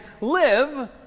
live